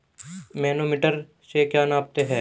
Manometer से क्या नापते हैं?